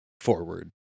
forward